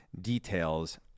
details